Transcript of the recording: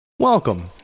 Welcome